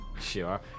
Sure